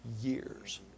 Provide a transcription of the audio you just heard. years